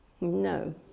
No